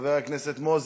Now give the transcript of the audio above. חבר הכנסת מוזס,